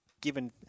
given